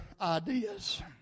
ideas